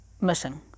missing